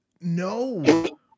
No